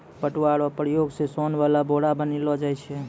पटुआ रो प्रयोग से सोन वाला बोरा बनैलो जाय छै